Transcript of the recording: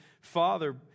father